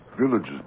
Villages